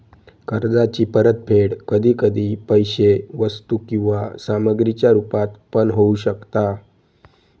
कर्जाची परतफेड कधी कधी पैशे वस्तू किंवा सामग्रीच्या रुपात पण होऊ शकता